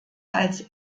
als